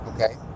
Okay